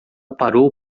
parou